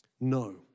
No